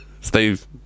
Steve